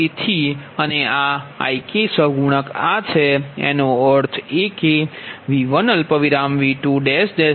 તેથી અને આ Ik ના સહગુણક આ છે એનો અર્થ એ કે આપણે V1 V2